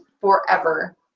forever